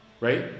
right